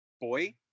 boy